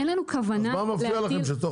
אין לנו כוונה ל --- אז מה מפריע לכם שתוך